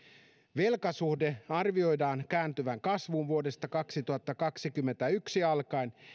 velkasuhteen arvioidaan kääntyvän kasvuun vuodesta kaksituhattakaksikymmentäyksi alkaen